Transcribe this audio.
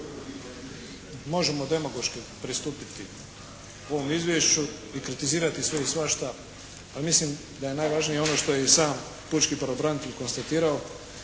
možemo demagoški pristupiti ovom izvješću i kritizirati sve i svašta ali mislim da je najvažnije ono što je i sam pučki pravobranitelj konstatirao.